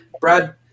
Brad